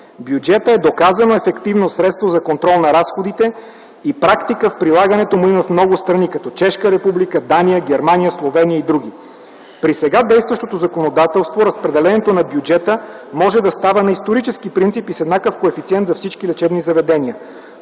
Бюджетът е доказано ефективно средство за контрол на разходите и практика в прилагането му има в много страни като Чешката република, Дания, Германия, Словения и др. При сега действащото законодателство разпределението на бюджета може да става на исторически принципи и с еднакъв коефициент за всички лечебни заведения.